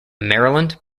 maryland